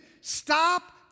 Stop